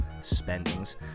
spendings